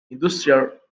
industrial